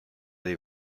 dei